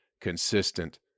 consistent